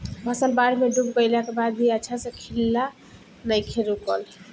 फसल बाढ़ में डूब गइला के बाद भी अच्छा से खिलना नइखे रुकल